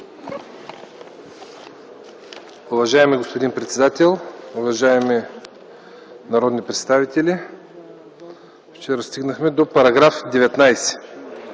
Уважаеми господин председател, уважаеми народни представители! Вчера стигнахме до § 19.